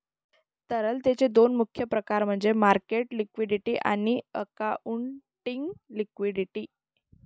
तरलतेचे दोन मुख्य प्रकार म्हणजे मार्केट लिक्विडिटी आणि अकाउंटिंग लिक्विडिटी